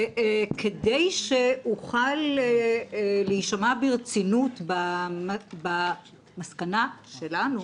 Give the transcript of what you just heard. וכדי שאוכל להישמע ברצינות במסקנה שלנו